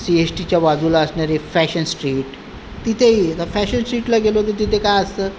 C S टीच्या बाजूला असणारी फॅशन स्ट्रीट तिथेही आता फॅशन स्ट्रीटला गेलो तर तिथे काय असतं